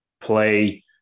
play